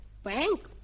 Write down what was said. Bank